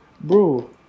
Bro